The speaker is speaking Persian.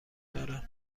دارم